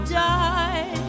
die